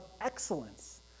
excellence